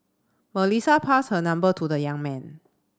Melissa passed her number to the young man